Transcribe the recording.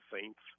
Saints